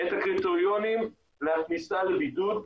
את הקריטריונים לכניסה לבידוד.